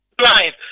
blind